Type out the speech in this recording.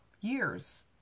Years